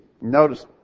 notice